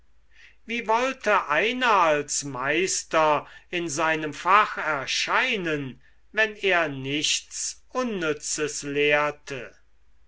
wie wollte einer als meister in seinem fach erscheinen wenn er nichts unnützes lehrte